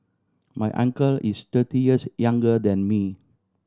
my uncle is thirty years younger than me